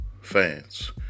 fans